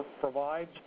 provides